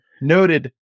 noted